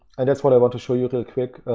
and that's what i want to show you real quick.